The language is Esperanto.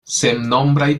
sennombraj